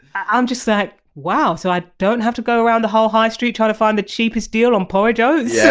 i'm just like wow so i don't have to go around the whole high street trying to find the cheapest deal on porridge oats, yeah